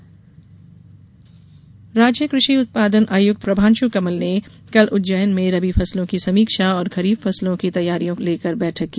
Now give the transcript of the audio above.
फसल समीक्षा राज्य कृषि उत्पादन आयुक्त ने प्रभांशु कमल ने कल उज्जैन में रबी फसलों की समीक्षा और खरीफ फसलों की तैयारियों को लेकर बैठक की